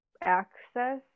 access